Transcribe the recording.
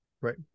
Right